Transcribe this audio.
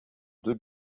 deux